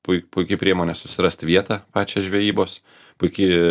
pui puiki priemonė susirast vietą pačią žvejybos puiki